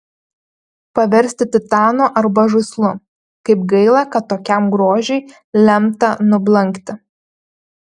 paversti titanu arba žaislu kaip gaila kad tokiam grožiui lemta nublankti